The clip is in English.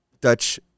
Dutch